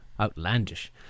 Outlandish